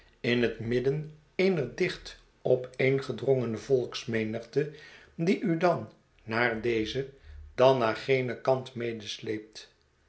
in het midden eener dicht opeengedrongene volksmenigte die u dan naar dezen dan naar genen kant